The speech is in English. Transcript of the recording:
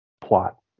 plot